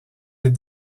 des